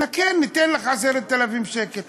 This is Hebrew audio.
כן, ניתֵן לך 10,000 שקל.